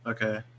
Okay